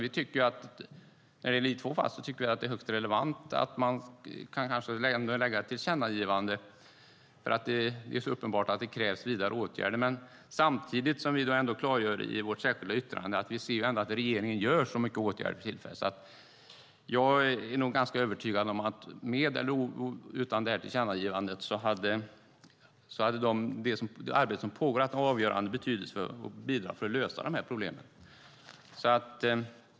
I två fall tycker vi att det är högst relevant att man kanske kan lägga fram ett tillkännagivande, för det är så uppenbart att det krävs vidare åtgärder. Samtidigt klargör vi i vårt särskilda yttrande att vi ser att regeringen för tillfället vidtar många åtgärder. Jag är nog ganska övertygad om att med eller utan detta tillkännagivande är det arbete som pågår av avgörande betydelse och bidrar till att lösa dessa problem.